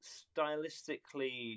stylistically